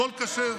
הכול כשר?